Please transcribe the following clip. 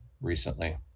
recently